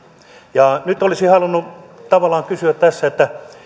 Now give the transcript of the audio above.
nyt olisin halunnut tavallaan kysyä tässä